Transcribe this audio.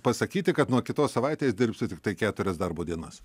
pasakyti kad nuo kitos savaitės dirbsiu tiktai keturias darbo dienas